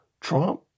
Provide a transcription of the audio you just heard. Trump